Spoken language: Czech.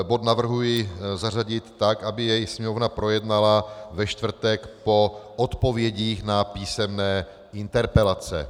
Bod navrhuji zařadit tak, aby jej Sněmovna projednala ve čtvrtek po odpovědích na písemné interpelace.